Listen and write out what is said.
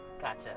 Gotcha